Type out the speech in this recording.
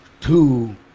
Two